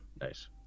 nice